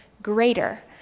greater